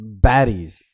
baddies